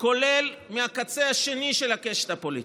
כולל מהקצה השני של הקשת הפוליטית,